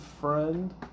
friend